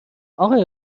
اقای